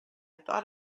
thought